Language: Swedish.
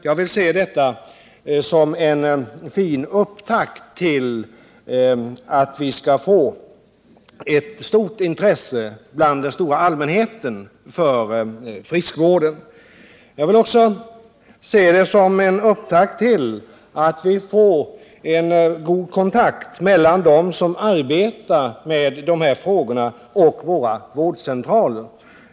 Jag vill se detta som en fin upptakt till ett stort intresse hos den-stora allmänheten för friskvården. Jag vill också se det som en upptakt till en god kontakt mellan dem som arbetar med de här frågorna och vårdcentralerna.